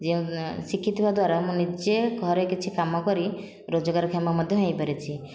ଯେଉଁ ଶିଖିଥିବା ଦ୍ୱାରା ମୁଁ ନିଜେ ଘରେ କିଛି କାମ କରି ରୋଜଗାରକ୍ଷମ ମଧ୍ୟ ହୋଇପାରିଛି